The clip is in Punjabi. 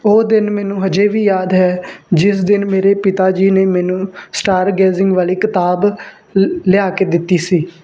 ਉਹ ਦਿਨ ਮੈਨੂੰ ਅਜੇ ਵੀ ਯਾਦ ਹੈ ਜਿਸ ਦਿਨ ਮੇਰੇ ਪਿਤਾ ਜੀ ਨੇ ਮੈਨੂੰ ਸਟਾਰਗੇਜਿੰਗ ਵਾਲੀ ਕਿਤਾਬ ਲਿਆ ਕੇ ਦਿੱਤੀ ਸੀ